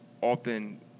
often